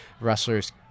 wrestlers